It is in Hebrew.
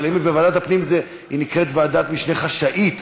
אבל האם בוועדת הפנים היא נקראת ועדת משנה חשאית?